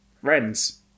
friends